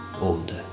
older